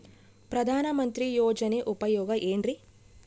ಪ್ರಧಾನಮಂತ್ರಿ ಯೋಜನೆ ಉಪಯೋಗ ಏನ್ರೀ?